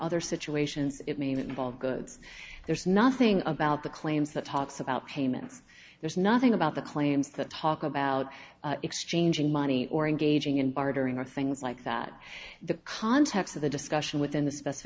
other situations it may that involve goods there's nothing about the claims that talks about payments there's nothing about the claims that talk about exchanging money or engaging in bartering or things like that the context of the discussion within the speci